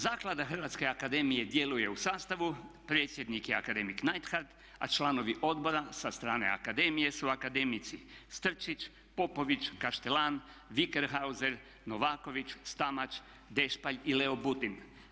Zaklada Hrvatske akademije djeluje u sastavu, predsjednik je akademik Neidhardt a članovi odbora sa strane akademije su akademici, Strčić, Popović, Kaštelan, Wikerhauser, Novaković, Stamać, Dešpalj i Leo Budin.